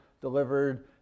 delivered